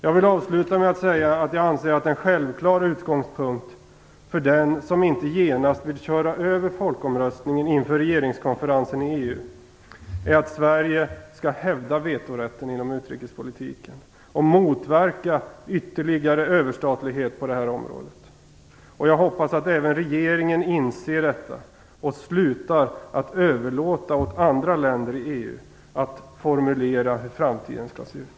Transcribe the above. Jag vill avsluta med att säga att jag anser att en självklar utgångspunkt inför regeringskonferensen i EU för den som inte genast vill köra över folkomröstningen är att Sverige skall hävda vetorätten inom utrikespolitiken och motverka ytterligare överstatlighet på detta område. Jag hoppas att även regeringen inser detta och slutar att överlåta åt andra länder i EU att formulera hur framtiden skall se ut.